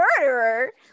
murderer